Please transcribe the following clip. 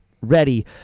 ready